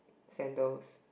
sandals